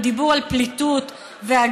מאשימים אותנו בדיבור על פליטות והגירה.